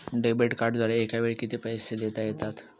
Debit कार्डद्वारे एकावेळी किती पैसे देता येतात?